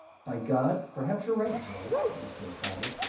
by god! perhaps you're right, joe, said mr. o'connor.